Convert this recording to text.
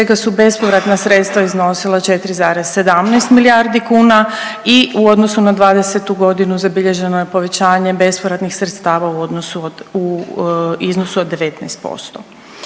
čega su bespovratna sredstva iznosila 4,17 milijardi kuna i u odnosu na '20. godinu zabilježeno je povećanje bespovratnih sredstva u odnosu od,